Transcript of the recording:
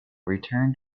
returned